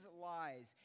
lies